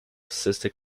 cystic